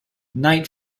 night